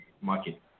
market